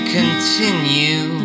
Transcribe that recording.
continue